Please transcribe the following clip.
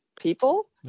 people